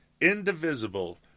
indivisible